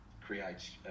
creates